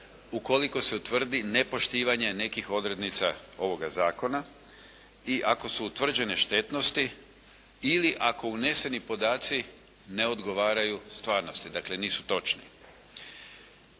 ukoliko se utvrdi nepoštivanje nekih odrednica ovoga zakona i ako su utvrđene štetnosti ili ako uneseni podaci ne odgovaraju stvarnosti, dakle nisu točne.